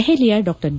ದೆಹಲಿಯ Dr B